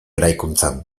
eraikuntzan